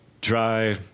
dry